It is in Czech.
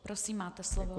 Prosím, máte slovo.